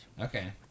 Okay